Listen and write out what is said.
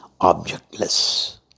objectless